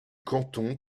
canton